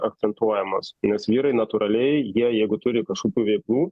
akcentuojamos nes vyrai natūraliai jie jeigu turi kažkokių veiklų